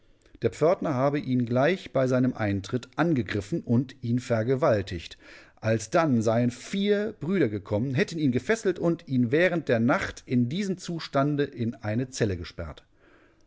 der pförtner habe ihn gleich bei seinem eintritt angegriffen und ihn vergewaltigt alsdann seien vier brüder gekommen hätten ihn gefesselt und ihn während der nacht in diesem zustande in eine zelle gesperrt